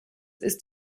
ist